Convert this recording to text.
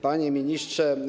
Panie Ministrze!